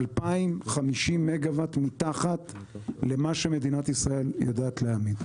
2,050 מגוואט מתחת למה שמדינת ישראל יודעת להעמיד.